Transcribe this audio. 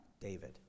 David